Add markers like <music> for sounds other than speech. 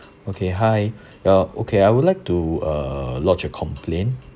okay hi <breath> uh okay I would like to uh lodge a complain